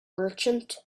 merchant